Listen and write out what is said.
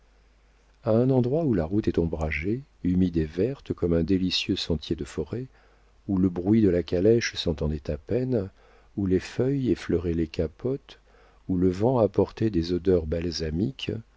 a un endroit où la route est ombragée humide et verte comme un délicieux sentier de forêt où le bruit de la calèche s'entendait à peine où les feuilles effleuraient les capotes où le vent apportait des odeurs balsamiques